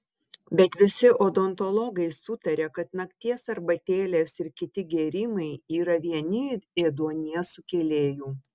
bet visi odontologai sutaria kad nakties arbatėlės ir kiti gėrimai yra vieni ėduonies sukėlėjų